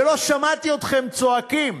ולא שמעתי אתכם צועקים.